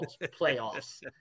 playoffs